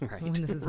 right